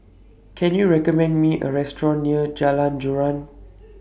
Can YOU recommend Me A Restaurant near Jalan Joran